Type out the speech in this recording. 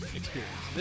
experience